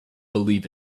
believe